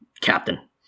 Captain